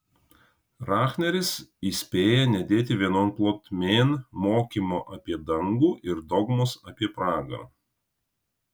rahneris įspėja nedėti vienon plotmėn mokymo apie dangų ir dogmos apie pragarą